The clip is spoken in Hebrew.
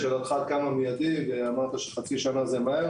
לשאלתך כמה מיידי ואמרת שחצי שנה זה מהר,